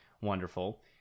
Wonderful